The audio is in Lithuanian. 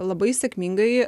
labai sėkmingai